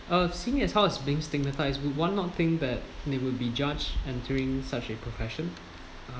uh seeing how it's being stigmatised one now think that they will be judged entering such a profession